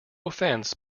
offense